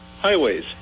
highways